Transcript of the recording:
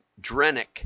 Drenick